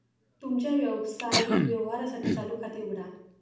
तुमच्या व्यावसायिक व्यवहारांसाठी चालू खाते उघडा